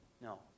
No